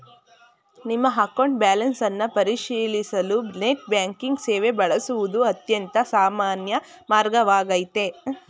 ನಿಮ್ಮ account balance ಅನ್ನ ಪರಿಶೀಲಿಸಲು ನೆಟ್ ಬ್ಯಾಂಕಿಂಗ್ ಸೇವೆ ಬಳಸುವುದು ಅತ್ಯಂತ ಸಾಮಾನ್ಯ ಮಾರ್ಗವಾಗೈತೆ